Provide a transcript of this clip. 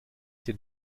den